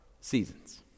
Seasons